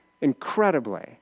incredibly